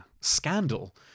scandal